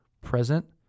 present